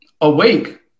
awake